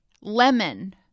lemon